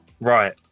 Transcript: Right